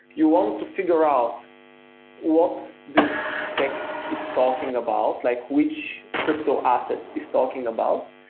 you want to figure out what this text is talking about, like which crypto asset is talking about,